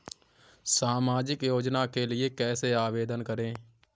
सामाजिक योजना के लिए कैसे आवेदन करें?